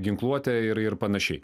ginkluotę ir ir panašiai